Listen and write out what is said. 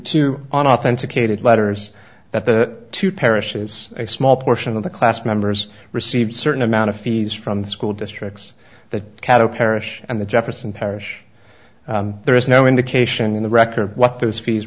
to authenticated letters that the two parishes a small portion of the class members received certain amount of fees from the school districts the cattle parish and the jefferson parish there is no indication in the record what those fees